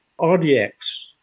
RDX